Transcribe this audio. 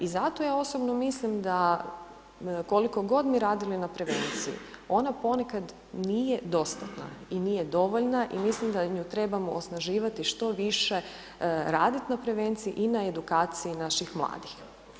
I zato ja osobno mislim da koliko god mi radili na prevenciji ona ponekad nije dostatna i nije dovoljna i mislim da nju trebamo osnaživati što više radit na prevenciji i na edukaciji naših mladih.